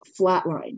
flatline